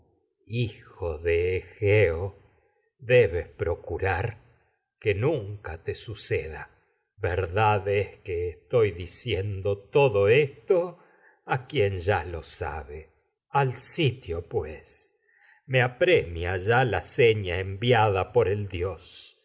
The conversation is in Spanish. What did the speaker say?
rar que egeo debes que procu que nunca a te suceda verdad estoy diciendo todo esto quien ya lo sabe seña al sitio pues me apre mia ya la enviada por el dios